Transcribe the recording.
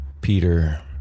Peter